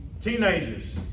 teenagers